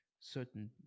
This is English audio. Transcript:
certain